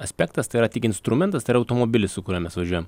aspektas tai yra tik instrumentas tai yra automobilis su kuriuo mes važiuojam